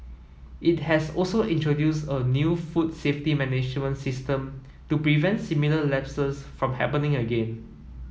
it has also introduced a new food safety management system to prevent similar lapses from happening again